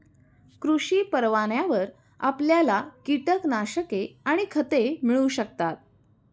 कृषी परवान्यावर आपल्याला कीटकनाशके आणि खते मिळू शकतात